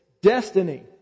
destiny